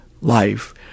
life